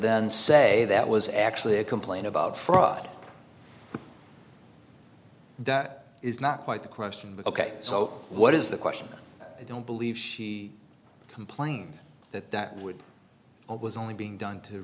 then say that was actually a complaint about fraud that is not quite the question so what is the question i don't believe she complained that that would was only being done to